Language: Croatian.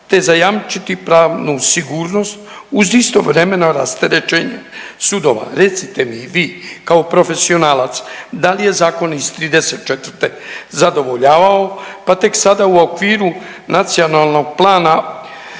te zajamčiti pravnu sigurnost uz istovremeno rasterećenje sudova. Recite mi vi kao profesionalac, dal je Zakon iz '34. zadovoljavao, pa tek sada u okviru NPOO-a